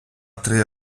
три